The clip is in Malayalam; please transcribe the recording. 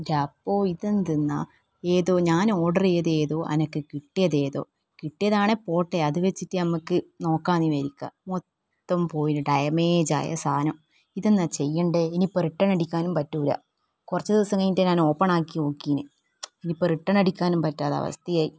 എൻ്റെ അപ്പോ ഇത് എന്ത്ന്നാ ഏതോ ഞാൻ ഓർഡർ ചെയ്തെ ഏതോ അനക്ക് കിട്ടിയത് ഏതോ കിട്ടിയതാണേ പോട്ടെ അത് വെച്ചിട്ട് ഞമക്ക് നോക്കാമെന്ന് വിചാരിക്കുക മൊത്തം പോയിനി ഡാമേജ് ആയ സാധനം ഇതെന്താണ് ചെയ്യേണ്ടേ ഇനിയിപ്പം റിട്ടേൺ അടിക്കാനും പറ്റൂല കുറച്ച് ദിവസം കഴിഞ്ഞിട്ടാണ് ഞാൻ ഓപ്പൺ ആക്കി നോക്കിനി ഇനിയിപ്പം റിട്ടേൺ അടിക്കാനും പറ്റാത്ത അവസ്ഥയായി